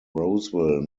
roseville